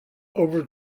over